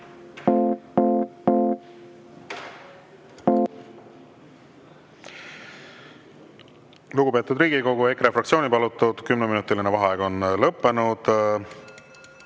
Lugupeetud Riigikogu! EKRE fraktsiooni palutud kümneminutiline vaheaeg on lõppenud.